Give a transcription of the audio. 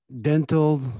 dental